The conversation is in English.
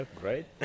great